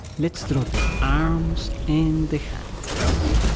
let's draw the arms and the hands.